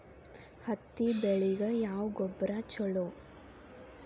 ಹತ್ತಿ ಬೆಳಿಗ ಯಾವ ಗೊಬ್ಬರ ಛಲೋ?